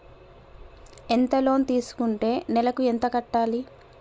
ఎంత లోన్ తీసుకుంటే నెలకు ఎంత కట్టాలి?